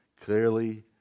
clearly